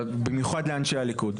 ובמיוחד לאנשי הליכוד,